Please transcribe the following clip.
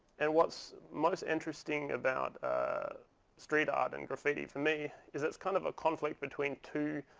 and what's most interesting about street art and graffiti for me is it's kind of a conflict between two